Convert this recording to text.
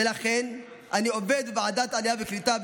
ולכן אני עובד בוועדת העלייה והקליטה,